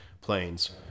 planes